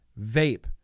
Vape